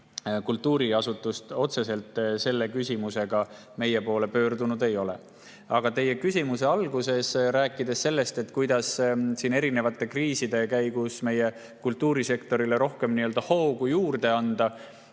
kultuuriasutus otseselt selle küsimusega meie poole pöördunud ei ole.[Tulen] teie küsimuse alguse juurde. Rääkides sellest, kuidas erinevate kriiside käigus meie kultuurisektorile rohkem hoogu juurde anda,